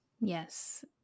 Yes